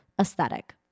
aesthetic